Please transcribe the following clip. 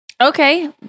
Okay